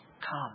Come